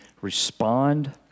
respond